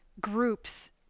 groups